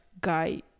guy